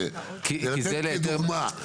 זה לתת כדוגמא.